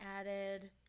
added